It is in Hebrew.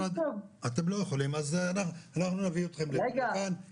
--- אתם לא יכולים אז אנחנו נביא אתכם לכאן,